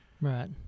right